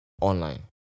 online